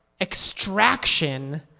extraction